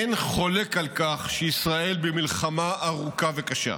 אין חולק על כך שישראל במלחמה ארוכה וקשה.